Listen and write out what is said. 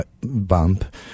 bump